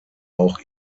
auch